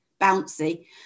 bouncy